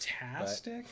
Fantastic